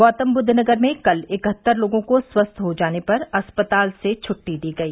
गौतमबुद्ध नगर में कल इकहत्तर लोगों को स्वस्थ हो जाने पर अस्पताल से छुट्टी दी गई